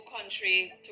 country